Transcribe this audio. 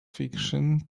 fiction